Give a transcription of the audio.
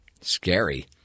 Scary